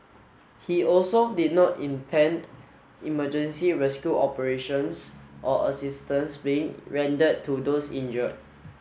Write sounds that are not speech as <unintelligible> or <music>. he also did not <unintelligible> emergency rescue operations or assistance being rendered to those injured